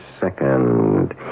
second